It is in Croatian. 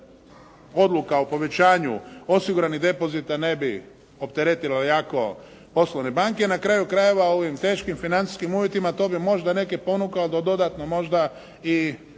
odluka o povećanju osiguranih depozita ne bi opteretilo jako poslovne banke, na kraju krajeva u ovim teškim financijskim uvjetima to bi možda neke ponukalo da dodatno možda i